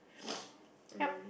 yup